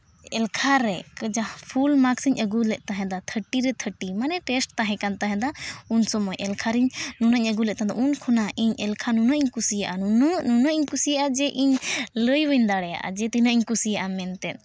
ᱮᱞᱠᱷᱟ ᱨᱮ ᱡᱟᱦᱟᱸ ᱯᱷᱩᱞ ᱢᱟᱨᱠᱥᱤᱧ ᱟᱹᱜᱩ ᱞᱮᱫ ᱛᱟᱦᱮᱱᱟ ᱢᱟᱱᱮ ᱛᱷᱟᱨᱴᱤ ᱨᱮ ᱛᱷᱟᱨᱴᱤ ᱢᱟᱱᱮ ᱴᱮᱥᱴ ᱛᱟᱦᱮᱸᱞᱮᱱ ᱛᱟᱦᱮᱜᱼᱟ ᱩᱱ ᱥᱚᱢᱚᱭ ᱮᱞᱠᱷᱟᱨᱤᱧ ᱱᱩᱱᱟᱹᱜᱼᱤᱧ ᱟᱹᱜᱩ ᱞᱮᱫ ᱛᱟᱦᱮᱱᱟ ᱩᱱ ᱠᱷᱚᱱᱟᱜ ᱤᱧ ᱮᱞᱠᱷᱟ ᱱᱩᱱᱟᱹᱜ ᱤᱧ ᱠᱩᱥᱤᱭᱟᱜᱼᱟ ᱱᱩᱱᱟᱹᱜ ᱱᱩᱱᱟᱹᱜ ᱤᱧ ᱠᱩᱥᱤᱭᱟᱜᱼᱟ ᱡᱮ ᱤᱧ ᱞᱟᱹᱭ ᱵᱟᱹᱧ ᱫᱟᱲᱮᱭᱟᱜᱼᱟ ᱡᱮ ᱛᱤᱱᱟᱹᱜ ᱤᱧ ᱠᱩᱥᱤᱭᱟᱜᱼᱟ ᱢᱮᱱᱛᱮ